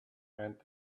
and